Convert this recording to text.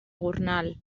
gornal